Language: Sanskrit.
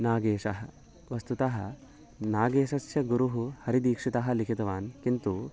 नागेशः वस्तुतः नागेशस्य गुरुः हरिदीक्षितः लिखितवान् किन्तु